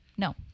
No